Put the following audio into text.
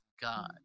God